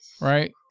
right